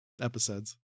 episodes